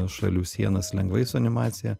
šalių sienas lengvai su animacija